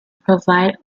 provide